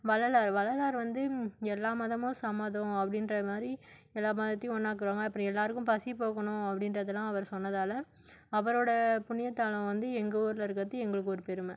வள்ளலார் வள்ளலார் வந்து எல்லா மதமும் சம்மதம் அப்படின்ற மாதிரி எல்லா மதத்தையும் ஒன்றாக்குறாங்க அப்புறம் எல்லோருக்கும் பசி போக்கணும் அப்படின்றதுலாம் அவர் சொன்னதால் அவரோட புண்ணியத்தலம் வந்து எங்கள் ஊரில் இருக்கிறது எங்களுக்கு ஒரு பெருமை